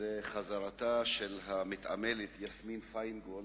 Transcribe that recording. חזרתה של הספורטאית יסמין פיינגולד.